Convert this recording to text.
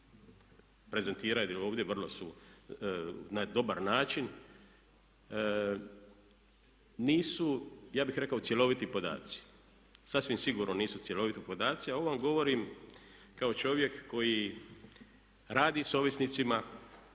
prezentirali ovdje, vrlo su na dobar način, nisu ja bih rekao cjeloviti podaci. Sasvim sigurno nisu cjeloviti podaci. A ovo vam govorim kao čovjek koji radi s ovisnicima,